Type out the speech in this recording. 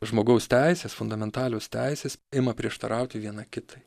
žmogaus teisės fundamentalios teisės ima prieštarauti viena kitai